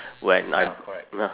when I'm